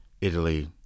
Italy